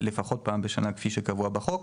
לפחות פעם בשנה כפי שקבוע בחוק.